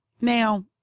Now